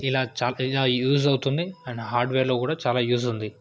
ఇలా ఇలా యూజ్ అవుతుంది అండ్ హార్డ్వేర్లో కూడా చాలా యూజ్ ఉంది